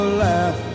laugh